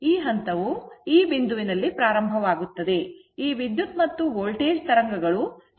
ಈ ಹಂತವು ಈ ಬಿಂದುವಿನಲ್ಲಿ ಪ್ರಾರಂಭವಾಗುತ್ತದೆ ಈ ವಿದ್ಯುತ್ ಮತ್ತು ವೋಲ್ಟೇಜ್ ತರಂಗಗಳು ಸೈನುಸಾಯಿಡಲ್ ಆಗಿರುತ್ತದೆ